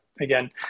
Again